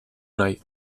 nahi